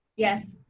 yes.